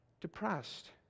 depressed